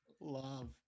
love